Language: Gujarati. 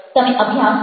તમે અભ્યાસ કરેલો છે